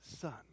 son